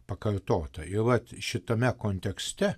pakartota ir vat šitame kontekste